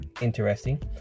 interesting